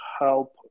help